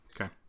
Okay